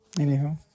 Anyhow